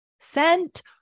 sent